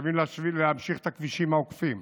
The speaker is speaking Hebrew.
חייבים להמשיך את הכבישים העוקפים,